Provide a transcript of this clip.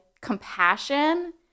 compassion